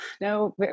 No